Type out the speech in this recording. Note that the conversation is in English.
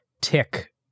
tick